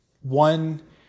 one